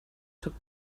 took